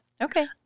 okay